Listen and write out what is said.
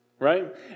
Right